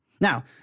Now